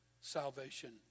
salvation